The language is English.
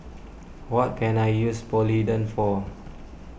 what can I use Polident for